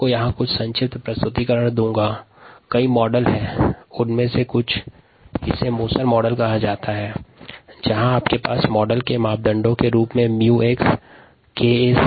यहां कुछ संक्षिप्त प्रस्तुतिकरण के मॉडल उल्लेखित हैं μmSnKsSn उल्लेखित समीकरण मोसर मॉडल का है जहां मॉडल को प्रभावित करने वाले कारक के रूप में 𝜇𝑚 𝐾𝑠 और 𝑆𝑛 हैं